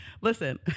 Listen